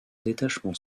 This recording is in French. détachement